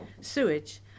sewage